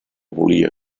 volia